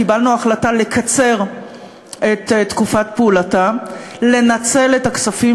קיבלנו החלטה לקצר את תקופת פעולתה ולנצל את הכספים